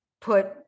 put